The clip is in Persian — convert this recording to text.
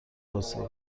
حسینی